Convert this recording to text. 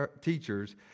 teachers